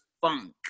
funk